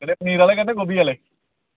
ठीक ऐ कन्नै पनीर आह्ले करने गोभी आह्ले